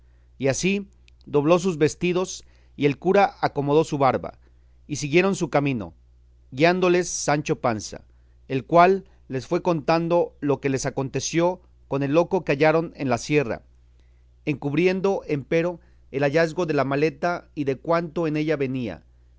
y así dobló sus vestidos y el cura acomodó su barba y siguieron su camino guiándolos sancho panza el cual les fue contando lo que les aconteció con el loco que hallaron en la sierra encubriendo empero el hallazgo de la maleta y de cuanto en ella venía